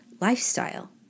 lifestyle